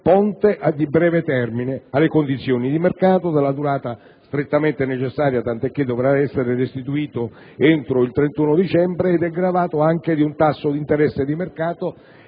ponte di breve termine alle condizioni di mercato e della durata strettamente necessaria, tanto che dovrà essere restituito entro il 31 dicembre 2008 ed è gravato anche di un tasso d'interesse di mercato.